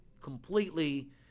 completely